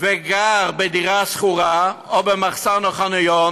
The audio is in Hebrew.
הוא גר בדירה שכורה או במחסן או בחניון